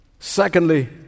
Secondly